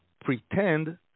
pretend